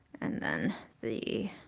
and then the